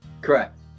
Correct